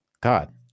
God